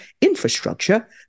infrastructure